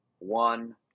one